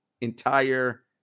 entire